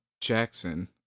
Jackson